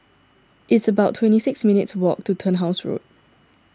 it's about twenty six minutes' walk to Turnhouse Road